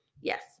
Yes